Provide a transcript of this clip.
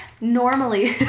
normally